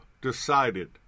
Decided